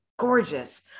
gorgeous